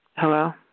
Hello